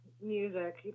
music